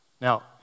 Now